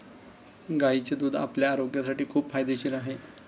गायीचे दूध आपल्या आरोग्यासाठी खूप फायदेशीर आहे